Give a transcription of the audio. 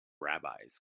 rabbis